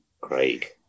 Craig